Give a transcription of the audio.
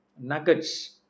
Nuggets